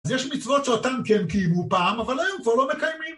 אז יש מצוות שאותן כן קיימו פעם, אבל היום כבר לא מקיימים.